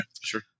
sure